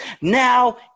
Now